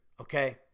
Okay